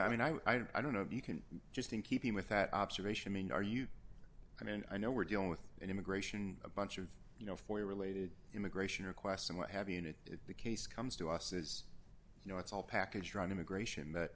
i mean i don't know if you can just in keeping with that observation mean are you i mean i know we're dealing with immigration a bunch of you know forty related immigration requests and what have you know the case comes to us is you know it's all packaged around immigration